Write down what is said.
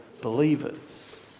believers